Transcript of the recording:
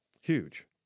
Huge